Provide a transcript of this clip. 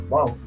Wow